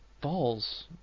balls